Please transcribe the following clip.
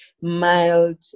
mild